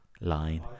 Line